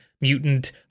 mutant